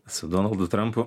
su donaldu trampu